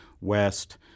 west